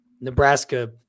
Nebraska